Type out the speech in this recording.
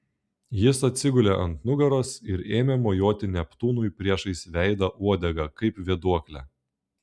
jis atsigulė ant nugaros ir ėmė mojuoti neptūnui priešais veidą uodega kaip vėduokle